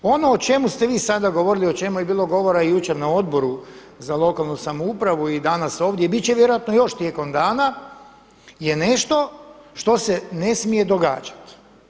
Ono o čemu ste vi sada govorili, o čemu je bilo govora i jučer na Odboru za lokalnu samoupravu i danas ovdje, i bit će vjerojatno još tijekom dana, je nešto što se ne smije događati.